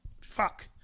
Fuck